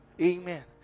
Amen